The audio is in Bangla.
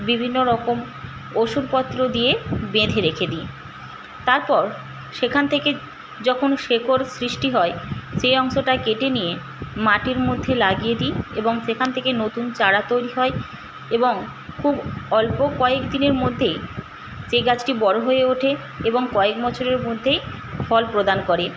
বিভিন্নরকম ওষুধপত্র দিয়ে বেঁধে রেখে দিই তারপর সেখান থেকে যখন শিকড় সৃষ্টি হয় সেই অংশটা কেটে নিয়ে মাটির মধ্যে লাগিয়ে দিই এবং সেখান থেকে নতুন চারা তৈরি হয় এবং খুব অল্প কয়েকদিনের মধ্যে সেই গাছটি বড় হয়ে ওঠে এবং কয়েক বছরের মধ্যেই ফল প্রদান করে